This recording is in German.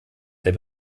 der